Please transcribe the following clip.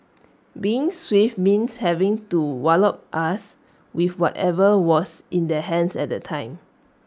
being swift means having to wallop us with whatever was in their hands at the time